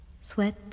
Sweat